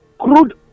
crude